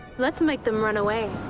let's make them run away.